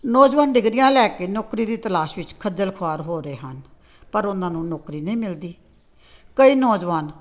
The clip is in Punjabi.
ਨੌਜਵਾਨ ਡਿਗਰੀਆਂ ਲੈ ਕੇ ਨੌਕਰੀ ਦੀ ਤਲਾਸ਼ ਵਿੱਚ ਖੱਜਲ ਖੁਆਰ ਹੋ ਰਹੇ ਹਨ ਪਰ ਉਹਨਾਂ ਨੂੰ ਨੌਕਰੀ ਨਹੀਂ ਮਿਲਦੀ ਕਈ ਨੌਜਵਾਨ